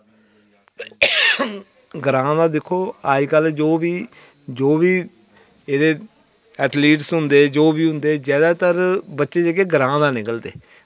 ग्रांऽ दा दिक्खो अज्जकल जो बी जो बी एह्दे एथलीट्स होंदे जो बी होंदे जादैतर बच्चे जेह्ड़े ग्रांऽ दा निकलदे